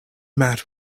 mat